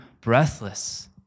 breathless